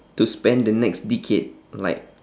to spend the next decade like